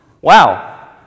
Wow